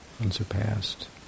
unsurpassed